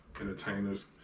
entertainers